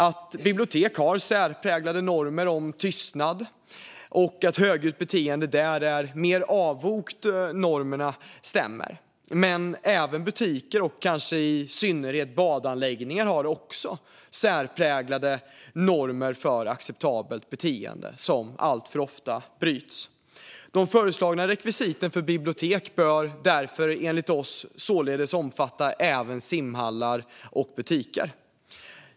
Att bibliotek har särpräglade normer om tystnad och att högljutt beteende där går mer emot normerna stämmer. Men även butiker och kanske i synnerhet badanläggningar har också särpräglade normer för acceptabelt beteende, som alltför ofta bryts. De föreslagna rekvisiten för bibliotek bör enligt oss således omfatta även simhallar och butiker.